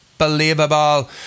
Unbelievable